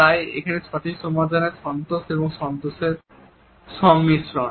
তাই এখানে সঠিক সমাধানটি হল অসন্তোষ এবং সন্তোষের সংমিশ্রণ